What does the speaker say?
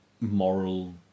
moral